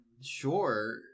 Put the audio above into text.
Sure